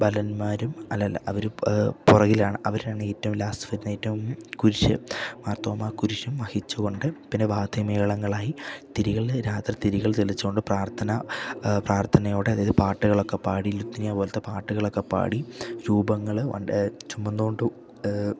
ബാലന്മാരും അല്ല അവരും പുറകിലാണ് അവരാണ് ഏറ്റവും ലാസ്റ്റ് വരുന്നത് ഏറ്റവും കുരുശ് മാർത്തോമാ കുരുശും വഹിച്ചുകൊണ്ട് പിന്നെ വാധ്യമേളങ്ങളായി തിരികളിൽ രാത്രി തിരികൾ തെളിച്ചുകൊണ്ട് പ്രാർത്ഥന പ്രാർത്ഥനയോടെ അതായത് പാട്ടുകളൊക്കെ പാടി ലുത്തിനിയപോലത്തെ പാട്ടുകളക്കെ പാടി രൂപങ്ങൾ ഉണ്ട് ചുമന്നുകൊണ്ട്